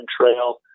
Trail